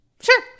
Sure